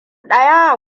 ɗaya